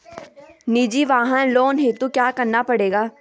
निजी वाहन लोन हेतु क्या करना पड़ेगा?